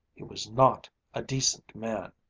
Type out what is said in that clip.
he was not a decent man,